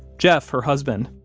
jeff, her husband,